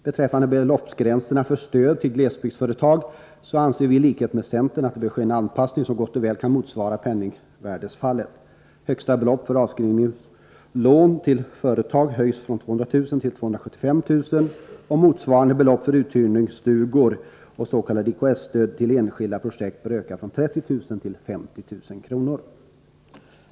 Beträffande beloppsgränserna för stöd till glesbygdsföretag anser vi i likhet med centern att det bör ske en anpassning som gott och väl kan motsvara penningvärdesfallet. Högsta belopp för avskrivningslån till företag bör höjas från 200 000 kr. till 275 000 kr., och motsvarande belopp för uthyrningsstugor och s.k. IKS-stöd till enskilda projekt bör öka från 30 000 kr. till 50 000 kr.